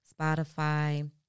Spotify